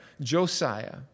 Josiah